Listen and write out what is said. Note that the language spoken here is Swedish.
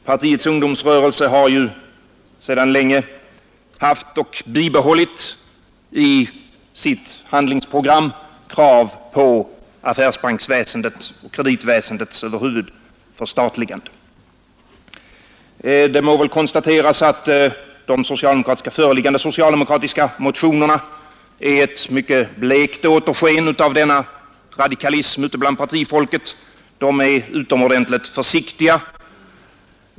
Partiets ungdomsrörelse har sedan länge haft och har alltjämt i sitt handlingsprogram krav på affärsbanksväsendets — kreditväsendets över huvud taget — förstatligande. Det må konstateras att de föreliggande socialdemokratiska motionerna är ett mycket blekt återsken av denna radikalism bland partifolket — de är utomordentligt försiktiga.